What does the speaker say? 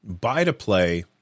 buy-to-play